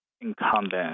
incumbent